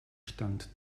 stand